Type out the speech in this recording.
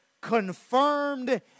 confirmed